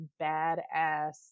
badass